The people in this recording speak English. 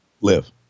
live